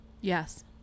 Yes